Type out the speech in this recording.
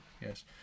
Yes